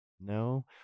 No